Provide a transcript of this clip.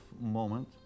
moment